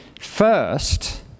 First